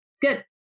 Good